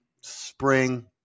spring